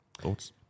Thoughts